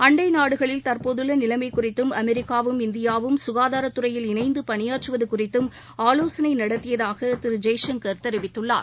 அண்டை நாடுகளில் தற்போதுள்ள நிலைமை குறித்தும் அமெரிக்காவும் இந்தியாவும் சுகாதாரத்துறையில் இணைந்து பணியாற்றுவது குறித்தும் ஆவோசனை நடத்தியதாக திரு ஜெய்சங்கள் தெரிவித்தார்